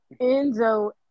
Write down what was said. Enzo